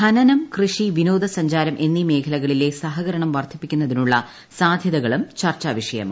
ഖനനം കൃഷി വിനോദസഞ്ചാരം എന്നീ മേഖലകളിലെ സഹകരണം വർധിപ്പിക്കുന്നതിനുളള സ്ഥ്യതകളും ചർച്ചാവിഷയമായി